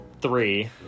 three